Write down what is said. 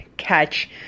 catch